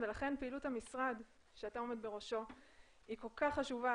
לכן פעילות המשרד שאתה עומד בראשו היא כל כך חשובה,